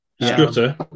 Scutter